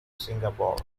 singapore